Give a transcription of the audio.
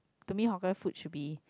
to me hawker food should be